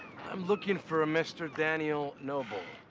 i'm looking for a mr. daniel noble.